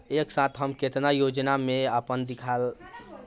एक साथ हम केतना योजनाओ में अपना दाखिला कर सकेनी?